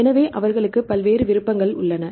எனவே அவர்களுக்கு பல்வேறு விருப்பங்கள் உள்ளன